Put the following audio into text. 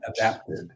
adapted